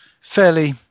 fairly